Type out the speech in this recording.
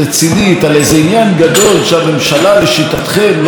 לא מצליחה בו ומחייב את פיזור הכנסת.